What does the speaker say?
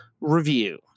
Review